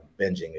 binging